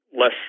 less